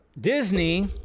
Disney